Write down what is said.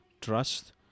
trust